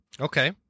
okay